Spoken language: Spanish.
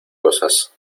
cosas